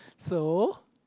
so